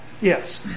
yes